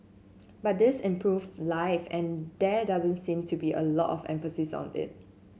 but this improve live and there doesn't seem to be a lot of emphasis on it